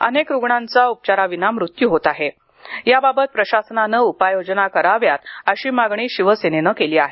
अनेक रुग्णांचा उपचाराविना मृत्यू होत आहे याबाबत प्रशासनानं उपाययोजना कराव्यात अशी मागणी शिवसेनेनं केली आहे